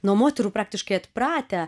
nuo moterų praktiškai atpratę